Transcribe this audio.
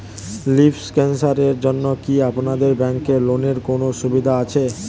Lymph ক্যানসারের জন্য কি আপনাদের ব্যঙ্কে লোনের কোনও সুবিধা আছে?